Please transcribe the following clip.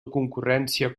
concurrència